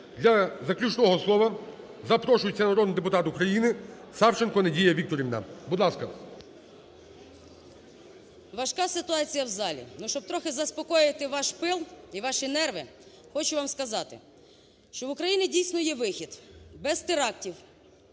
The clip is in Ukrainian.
Для заключного слова запрошується народний депутат України Савченко Надія Вікторівна, будь ласка. 13:31:27 САВЧЕНКО Н.В. Важка ситуація в залі, але щоб трохи заспокоїти ваш пил і ваші нерви хочу вам сказати, що в України дійсно є вихід, без терактів,